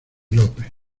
lope